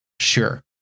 Sure